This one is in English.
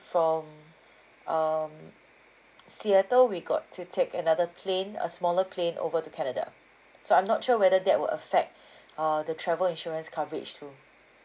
from um seattle we got to take another plane a smaller plane over to canada so I'm not sure whether that will affect uh the travel insurance coverage too